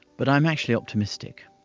but i'm actually optimistic.